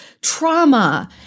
trauma